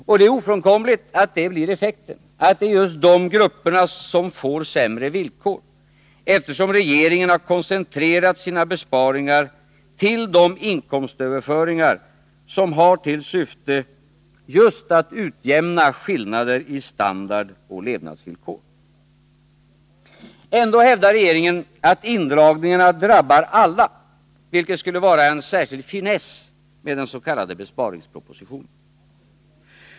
Och det är ofrånkomligt att det blir effekten — att det är just de grupperna som får sämre villkor — eftersom regeringen koncentrerat sina besparingar till de inkomstöverföringar som har till syfte just att utjämna skillnader i standard och levnadsvillkor. Ändå hävdar regeringen att indragningarna drabbar alla, vilket skulle vara en särskild finess med den s.k. besparingspropositionen.